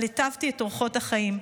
אבל היטבתי את אורחות החיים.